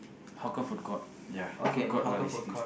hawker food court ya food court lah basically